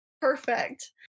Perfect